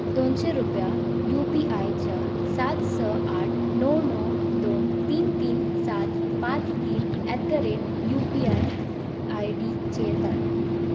दोनशे रुपया U P I सात स आठ णव णव दोन तीन तीन सात पांच तीन at the rate U P I आयडीचेर धाड